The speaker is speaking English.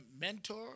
mentor